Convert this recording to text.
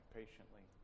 patiently